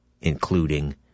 including